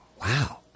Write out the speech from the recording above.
Wow